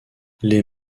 les